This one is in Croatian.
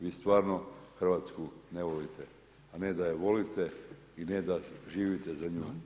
Vi stvarno Hrvatsku ne volite, a ne da je volite i ne da živite za nju.